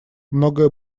многое